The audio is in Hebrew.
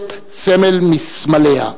הכנסת סמל מסמליה,